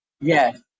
Yes